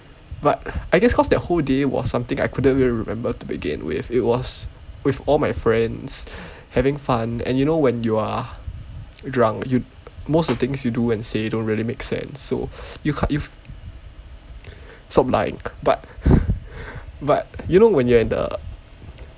but I guess cause that whole day was something I couldn't really remember to begin with it was with all my friends having fun and you know when you are drunk you most of the things you do and say don't really make sense so you can't you stop lying but but you know when you are in the